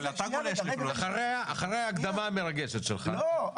אחרי ההקדמה המרגשת שלך --- לא,